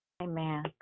Amen